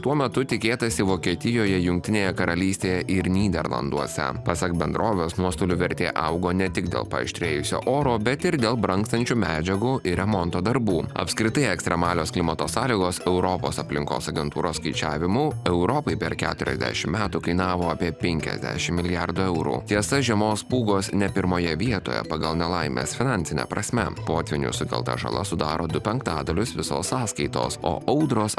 tuo metu tikėtasi vokietijoje jungtinėje karalystėje ir nyderlanduose pasak bendrovės nuostolių vertė augo ne tik dėl paaštrėjusio oro bet ir dėl brangstančių medžiagų ir remonto darbų apskritai ekstremalios klimato sąlygos europos aplinkos agentūros skaičiavimu europai per keturiasdešim metų kainavo apie penkiasdešim milijardų eurų tiesa žiemos pūgos ne pirmoje vietoje pagal nelaimes finansine prasme potvynių sukelta žala sudaro du penktadalius visos sąskaitos o audros